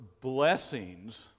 blessings